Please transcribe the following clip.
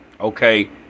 Okay